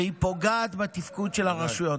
והיא פוגעת בתפקוד של הרשויות.